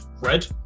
red